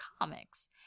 comics